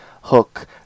Hook